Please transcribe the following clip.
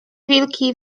wilki